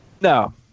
no